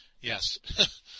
Yes